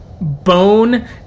bone